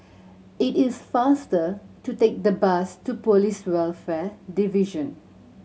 it is faster to take the bus to Police Welfare Division